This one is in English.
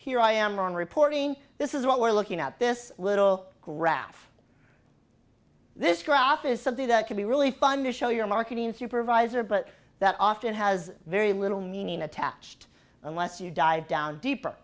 here i am wrong reporting this is what we're looking at this little graph this graph is something that could be really fun to show your marketing supervisor but that often has very little meaning attached unless you dive down deeper